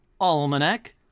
Almanac